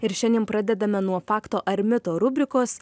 ir šiandien pradedame nuo fakto ar mito rubrikos